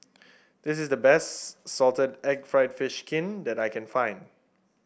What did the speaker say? this is the best Salted Egg fried fish skin that I can find